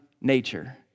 nature